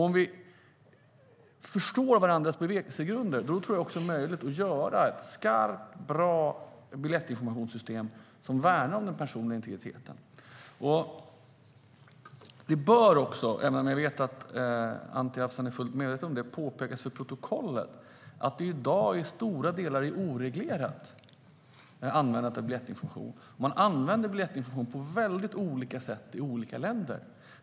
Om vi förstår varandras bevekelsegrunder tror jag att det är möjligt att göra ett skarpt och bra biljettinformationssystem som värnar den personliga integriteten. Anti Avsan är fullt medveten om detta, men det bör påpekas för protokollet att användandet av biljettinformation är oreglerat i dag till stora delar. Biljettinformation används på väldigt olika sätt i olika länder.